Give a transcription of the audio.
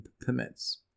permits